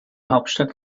hauptstadt